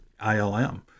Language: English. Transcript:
ILM